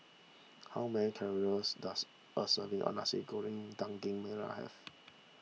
how many calories does a serving of Nasi Goreng Daging Merah have